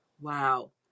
Wow